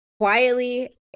Quietly